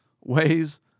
ways